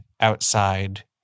outside